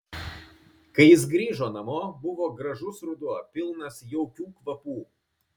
kai jis grįžo namo buvo gražus ruduo pilnas jaukių kvapų